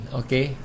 okay